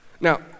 Now